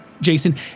Jason